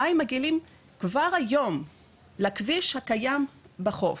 המים מגיעים כבר היום לכביש הקיים בחוף.